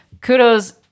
Kudos